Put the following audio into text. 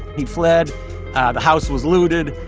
he fled. the house was looted.